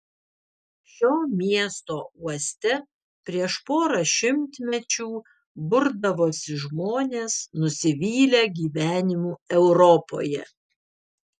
šio miesto uoste prieš porą šimtmečių burdavosi žmonės nusivylę gyvenimu europoje